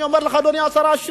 אני אומר לך, אדוני השר, העשירים.